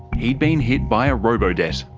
he'd been hit by a robo-debt.